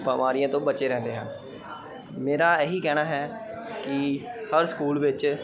ਬਿਮਾਰੀਆਂ ਤੋਂ ਬਚੇ ਰਹਿੰਦੇ ਹਨ ਮੇਰਾ ਇਹੀ ਕਹਿਣਾ ਹੈ ਕਿ ਹਰ ਸਕੂਲ ਵਿੱਚ